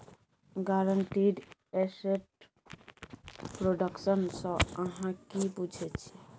guaranteed asset production सँ अहाँ कि बुझै छी